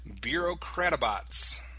Bureaucratabots